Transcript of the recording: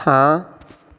ਹਾਂ